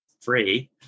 free